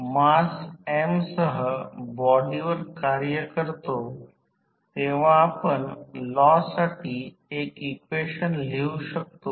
तर हे वॅटमीटर वाचन ज्ञात आहे अॅमेटर प्रवाह I0 ज्ञात आहे पुरवठा व्होल्टेज V1 देखील ज्ञात आहे म्हणून ∅ 0 मिळू शकते